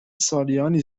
سالیانی